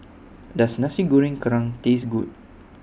Does Nasi Goreng Kerang Taste Good